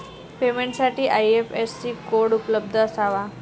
पेमेंटसाठी IFSC code उपलब्ध असावा